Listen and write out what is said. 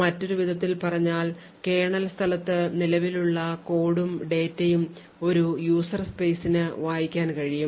മറ്റൊരു വിധത്തിൽ പറഞ്ഞാൽ കേർണൽ സ്ഥലത്ത് നിലവിലുള്ള കോഡും ഡാറ്റയും ഒരു user space ന് വായിക്കാൻ കഴിയും